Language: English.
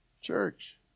Church